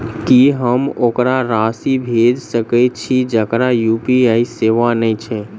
की हम ओकरा राशि भेजि सकै छी जकरा यु.पी.आई सेवा नै छै?